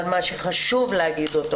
אבל מה שחשוב להגיד,